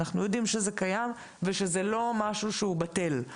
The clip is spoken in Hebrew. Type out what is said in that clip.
אנחנו יודעים שזה קיים ושזה לא משהו שהוא בטל.